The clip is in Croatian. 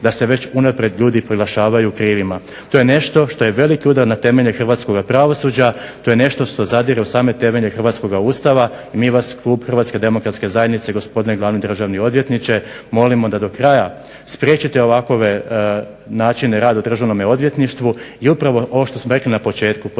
da se već unaprijed ljudi proglašavaju krivima. To je nešto što je veliki udar na temelje hrvatskoga pravosuđa, to je nešto što zadire u same temelje hrvatskoga Ustava. I mi vas, klub Hrvatske demokratske zajednice gospodine glavni državni odvjetniče molimo da do kraja spriječite ovakve načine rada u Državnom odvjetništvu i upravo ovo što smo rekli na početku,